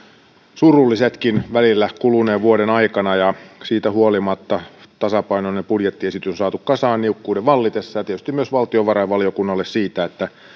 surullisetkin kuluneen vuoden aikana siitä huolimatta tasapainoinen budjettiesitys on saatu kasaan niukkuuden vallitessa tietysti kiitokset myös valtiovarainvaliokunnalle siitä että